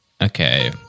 Okay